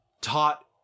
taught